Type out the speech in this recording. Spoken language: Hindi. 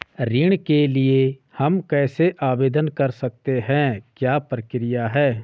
ऋण के लिए हम कैसे आवेदन कर सकते हैं क्या प्रक्रिया है?